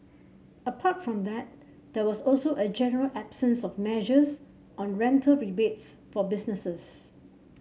apart from that there was also a general absence of measures on rental rebates for businesses